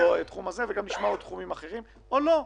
לא את התחום הזה וגם נשמע עוד תחומים אחרים או לא?